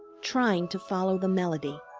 trying to follow the melody.